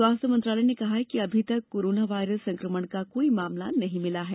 स्वास्थ्य मंत्रालय ने कहा कि अभी तक कोरोना वायरस संक्रमण का कोई मामला नहीं मिला है